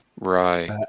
Right